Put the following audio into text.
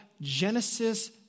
Genesis